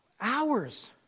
hours